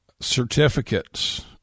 certificates